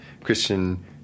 Christian